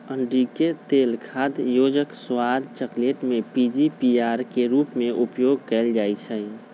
अंडिके तेल खाद्य योजक, स्वाद, चकलेट में पीजीपीआर के रूप में उपयोग कएल जाइछइ